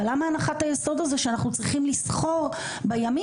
אבל למה הנחת היסוד הזה שאנחנו צריכים לסחור בימים,